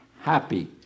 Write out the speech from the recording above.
Happy